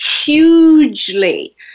hugely